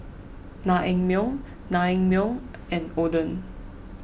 Naengmyeon Naengmyeon and Oden